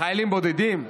חיילים בודדים,